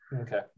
Okay